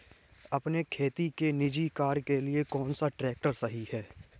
अपने खेती के निजी कार्यों के लिए कौन सा ट्रैक्टर सही है?